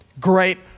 great